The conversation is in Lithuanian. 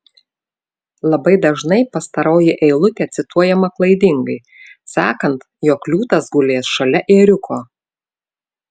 labai dažnai pastaroji eilutė cituojama klaidingai sakant jog liūtas gulės šalia ėriuko